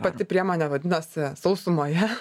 pati priemonė vadinasi sausumoje